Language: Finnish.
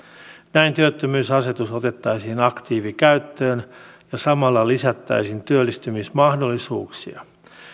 näin työttömyysetuus otettaisiin aktiivikäyttöön ja samalla lisättäisiin työllistymismahdollisuuksia